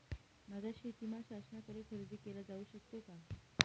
माझा शेतीमाल शासनाकडे खरेदी केला जाऊ शकतो का?